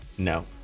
No